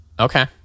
okay